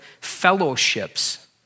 fellowships